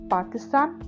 Pakistan